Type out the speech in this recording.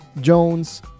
Jones